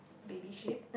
baby sheep